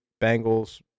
Bengals